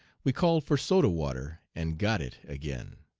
we called for soda-water, and got it again!